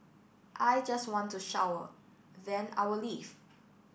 I just want to shower then I will leave